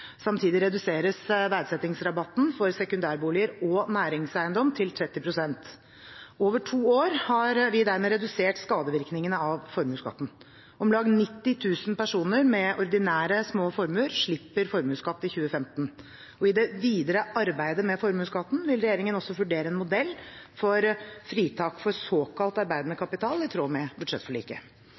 Samtidig reduseres verdsettingsrabatten for sekundærboliger og næringseiendom til 30 pst. Over to år har vi dermed redusert skadevirkningene av formuesskatten. Om lag 90 000 personer med ordinære, små formuer slipper formuesskatt i 2015, og i det videre arbeidet med formuesskatten vil regjeringen også vurdere en modell for fritak for såkalt arbeidende kapital, i tråd med budsjettforliket.